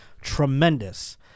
tremendous